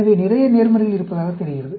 எனவே நிறைய நேர்மறைகள் இருப்பதாகத் தெரிகிறது